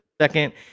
second